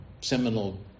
seminal